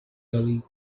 gully